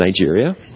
Nigeria